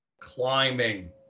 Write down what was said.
Climbing